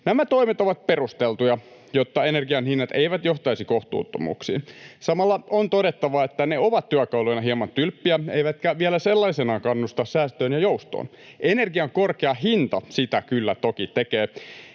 Nämä toimet ovat perusteltuja, jotta energian hinnat eivät johtaisi kohtuuttomuuksiin. Samalla on todettava, että ne ovat työkaluina hieman tylppiä eivätkä vielä sellaisenaan kannusta säästöön ja joustoon. Energian korkea hinta sitä kyllä toki tekee.